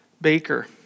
baker